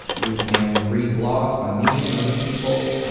you can read blogs by me and other people,